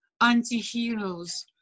anti-heroes